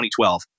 2012